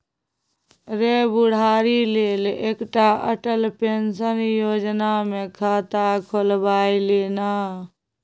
रे बुढ़ारी लेल एकटा अटल पेंशन योजना मे खाता खोलबाए ले ना